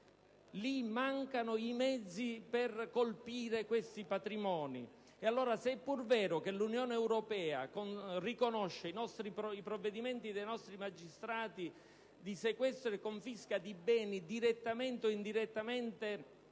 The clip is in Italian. Lì mancano i mezzi per colpire questi patrimoni e allora, se è pur vero che l'Unione europea riconosce i provvedimenti dei nostri magistrati di sequestro e confisca di beni direttamente o indirettamente